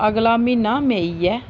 अगला म्हीना मेई ऐ